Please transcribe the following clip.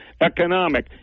economic